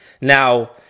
Now